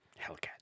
Hellcat